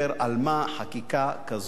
מה חקיקה כזאת